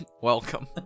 welcome